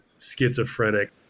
schizophrenic